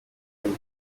andi